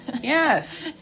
Yes